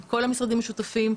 עם כל המשרדים השותפים,